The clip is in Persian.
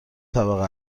طبقه